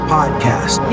podcast